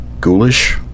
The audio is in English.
Ghoulish